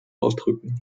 ausdrücken